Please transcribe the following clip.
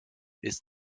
ist